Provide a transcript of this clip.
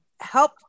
help